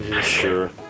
Sure